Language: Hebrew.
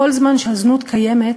כל זמן שהזנות קיימת,